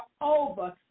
over